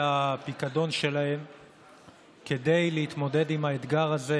הפיקדון שלהם כדי להתמודד עם האתגר הזה